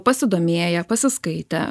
pasidomėję pasiskaitę